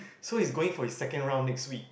so he's going for his second round next week